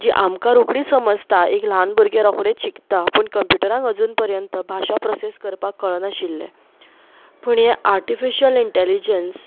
जी आमकां रोखडीच समजता एक ल्हान भुरगें रोखडेंच शिकता पूण कंप्युटराक अजून पर्यंत भाशा प्रोसेस करपाक कळनाशिल्लें पूण हें आर्टीफिशियल इंटेलिजंस